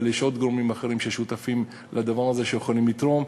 אבל יש עוד גורמים ששותפים לדבר הזה ויכולים לתרום.